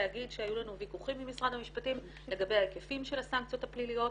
לגבי העסקים,